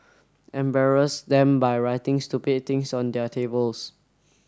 embarrass them by writing stupid things on their tables